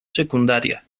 secundaria